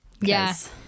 yes